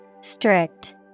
Strict